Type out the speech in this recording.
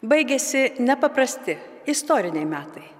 baigėsi nepaprasti istoriniai metai